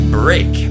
break